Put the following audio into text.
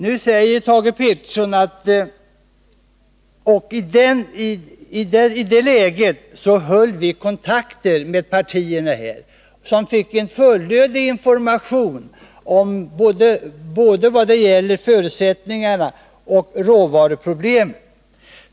I det läget höll vi kontakter med partierna, som fick en fullödig information vad gäller både förutsättningarna och företagets råvaruproblem.